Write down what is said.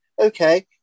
okay